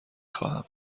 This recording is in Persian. خواهم